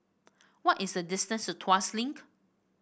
what is the distance Tuas Link